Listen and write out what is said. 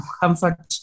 comfort